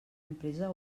empresa